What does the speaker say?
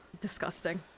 Disgusting